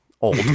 old